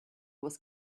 was